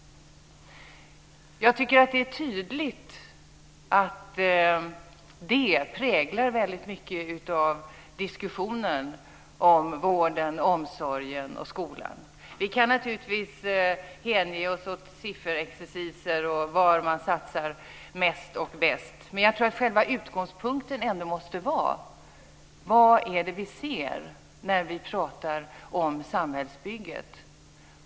Jag tycker att det är tydligt att det präglar väldigt mycket av diskussionen om vården, omsorgen och skolan. Vi kan naturligtvis hänge oss åt sifferexerciser och var man satsar mest och bäst, men jag tror att själva utgångspunkten ändå måste vara vad vi ser när vi pratar om samhällsbygget.